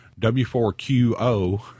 W4QO